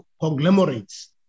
conglomerates